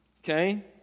Okay